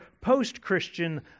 post-Christian